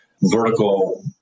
vertical